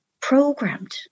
programmed